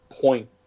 point